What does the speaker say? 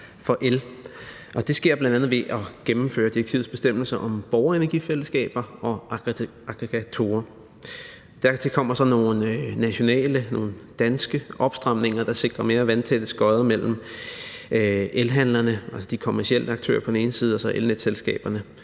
Det sker bl.a. ved at gennemføre direktivets bestemmelser om borgerenergifællesskaber og aggregatorer. Der kommer så nogle nationale, altså nogle danske opstramninger, der sikrer mere vandtætte skodder mellem elhandlerne, altså de kommercielle aktører, på den ene side og så elnetselskaberne,